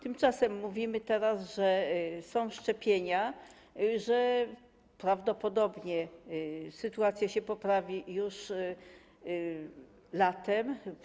Tymczasem mówimy teraz, że są szczepienia, że prawdopodobnie sytuacja się poprawi już latem.